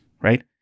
right